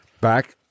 back